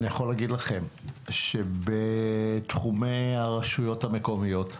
אני יכול להגיד לכם שבתחומי הרשויות המקומיות,